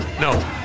no